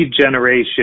generation